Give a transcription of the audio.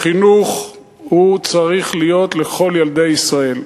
החינוך צריך להיות לכל ילדי ישראל,